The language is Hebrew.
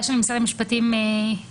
העמדה של משרד המשפטים דומה,